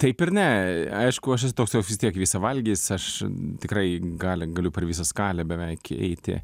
taip ir ne aišku aš esu toks jau vis tiek visavalgis aš tikrai gali galiu per visą skalę beveik eiti